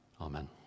Amen